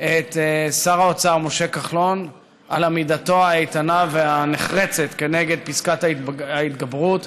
את שר האוצר משה כחלון על עמידתו האיתנה והנחרצת כנגד פסקת ההתגברות.